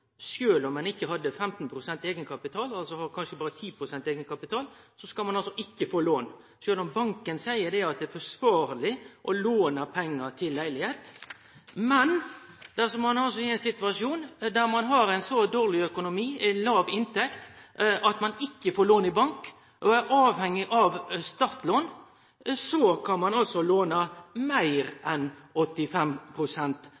om ein ikkje har 15 pst. i eigenkapital – ein har kanskje berre 10 pst. i eigenkapital – får ein det altså ikkje, sjølv om banken seier at det er forsvarleg å låne pengar til leilegheit. Men dersom ein er i ein situasjon der ein har ein så dårlig økonomi, så låg inntekt at ein ikkje får lån i bank og er avhengig av startlån, kan ein altså